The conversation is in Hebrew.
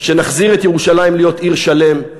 שנחזיר את ירושלים להיות עיר שלם,